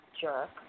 jerk